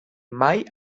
mai